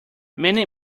many